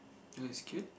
no it's cute